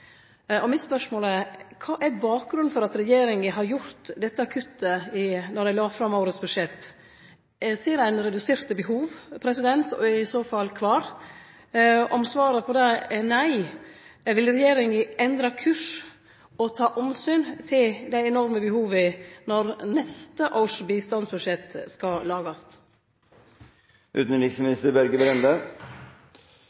spørsmål er: Kva er bakgrunnen for at regjeringa har gjort dette kuttet, når dei la fram årets budsjett? Ser ein reduserte behov, og i så fall kvar? Om svaret på det er nei, vil regjeringa endre kurs og ta omsyn til dei enorme behova når neste års bistandsbudsjett skal